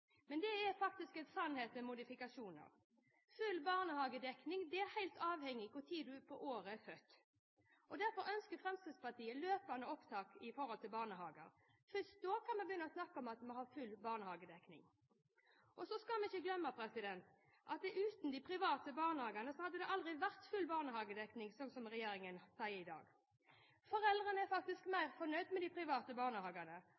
Men det er faktisk en sannhet med modifikasjoner. Barnehageplass er helt avhengig av hvilken tid på året man er født. Derfor ønsker Fremskrittspartiet løpende opptak i barnehager. Først da kan vi begynne å snakke om at vi har full barnehagedekning. Og så skal vi ikke glemme at uten de private barnehagene hadde det aldri vært full barnehagedekning, som regjeringen sier i dag. Foreldrene er faktisk mer fornøyd med de private barnehagene,